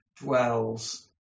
dwells